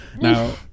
Now